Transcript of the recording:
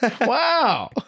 Wow